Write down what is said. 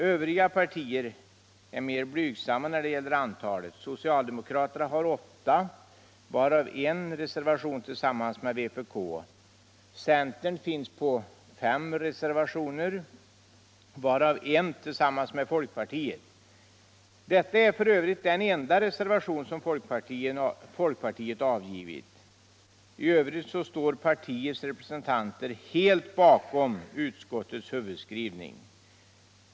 Övriga partier är mer blygsamma när det gäller antalet. Socialdemokraterna har 8, varav I reservation tillsammans med vpk. Centern finns på 5 reservationer, varav I tillsammans med fp. Detta är f.ö. den enda reservation som fp avgivit. I övrigt står partiets representanter helt bakom utskottets huvudskrivning.